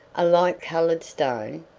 a light-coloured stone?